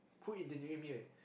who eat